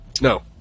No